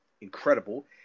incredible